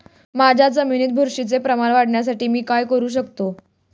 माझ्या जमिनीत बुरशीचे प्रमाण वाढवण्यासाठी मी काय करू शकतो?